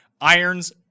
irons